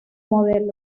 modelo